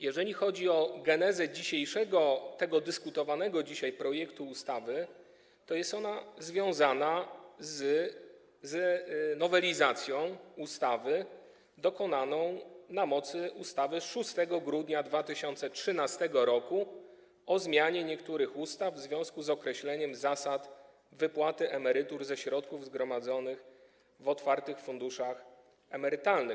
Jeżeli chodzi o genezę tego dyskutowanego dzisiaj projektu ustawy, to jest ona związana z nowelizacją ustawy dokonaną na mocy ustawy z 6 grudnia 2013 r. o zmianie niektórych ustaw w związku z określeniem zasad wypłaty emerytur ze środków zgromadzonych w otwartych funduszach emerytalnych.